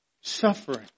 suffering